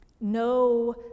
No